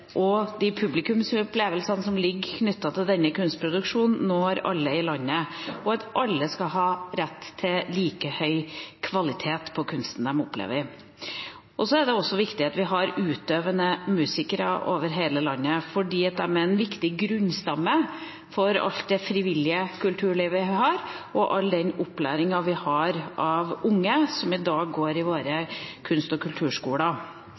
de publikumsopplevelsene som ligger knyttet til denne kunstproduksjonen, når alle i landet, og at alle skal ha rett til samme høye kvalitet på kunsten de opplever. Så er det også viktig at vi har utøvende musikere over hele landet, for de er en viktig grunnstamme for alt det frivillige kulturlivet vi har, og for all den opplæringen vi har av unge som i dag går i våre kunst- og kulturskoler.